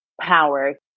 power